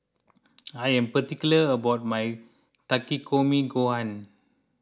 I am particular about my Takikomi Gohan